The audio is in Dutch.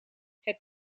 het